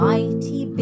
Mighty